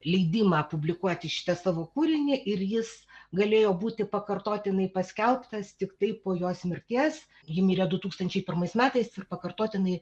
leidimą publikuoti šitą savo kūrinį ir jis galėjo būti pakartotinai paskelbtas tiktai po jos mirties ji mirė du tūkstančiai pirmais metais pakartotinai